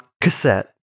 cassette